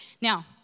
now